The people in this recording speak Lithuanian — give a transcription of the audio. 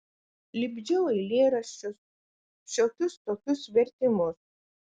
lipdžiau eilėraščius šiokius tokius vertimus